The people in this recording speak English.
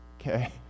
okay